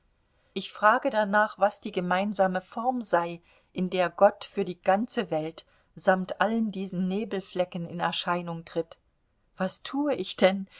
ich frage danach was die gemeinsame form sei in der gott für die ganze welt samt allen diesen nebelflecken in erscheinung tritt was tue ich denn